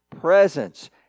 presence